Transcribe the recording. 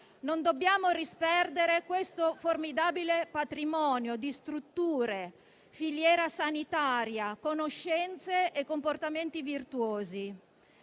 Non dobbiamo disperdere questo formidabile patrimonio di strutture, filiera sanitaria, conoscenze e comportamenti virtuosi,